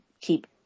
keep